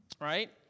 right